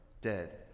dead